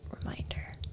reminder